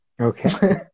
Okay